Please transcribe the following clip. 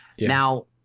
Now